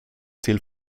till